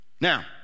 now